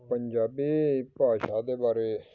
ਪੰਜਾਬੀ ਭਾਸ਼ਾ ਦੇ ਬਾਰੇ